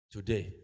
Today